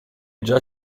già